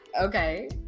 Okay